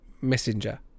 messenger